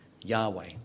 Yahweh